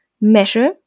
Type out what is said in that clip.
measure